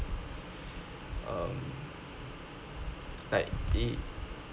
um like it